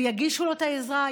ויגישו לו את העזרה,